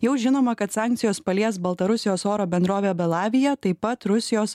jau žinoma kad sankcijos palies baltarusijos oro bendrovę belavija taip pat rusijos